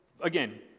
again